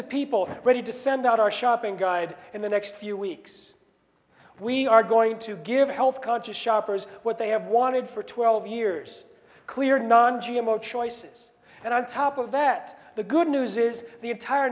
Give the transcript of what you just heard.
of people ready to send out our shopping guide in the next few weeks we are going to give health conscious shoppers what they have wanted for twelve years clear non g m o choices and on top of that the good news is the entire